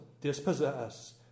dispossess